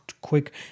quick